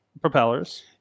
propellers